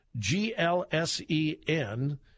GLSEN